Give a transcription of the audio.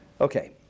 Okay